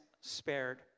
spared